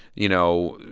you know,